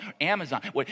Amazon